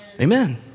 Amen